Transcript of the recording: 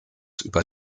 über